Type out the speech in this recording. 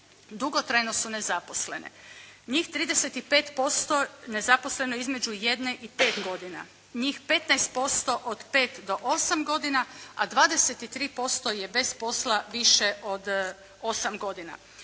dugotrajno su nezaposlene. Njih 35% nezaposleno je između jedne i pet godina. Njih 15% od 5 do 8 godina, a 23% je bez posla više od 8 godina.